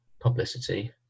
publicity